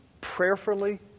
Prayerfully